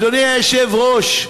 אדוני היושב-ראש,